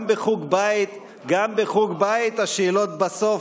גם בחוג בית השאלות בסוף,